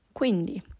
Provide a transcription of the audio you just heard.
Quindi